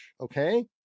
okay